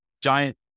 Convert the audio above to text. giant